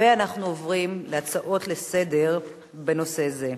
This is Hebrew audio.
אנחנו עוברים להצעות לסדר-היום בנושא זה.